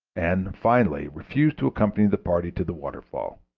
and, finally, refused to accompany the party to the waterfall.